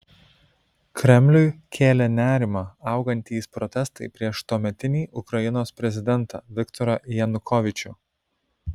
kremliui kėlė nerimą augantys protestai prieš tuometinį ukrainos prezidentą viktorą janukovyčių